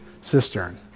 cistern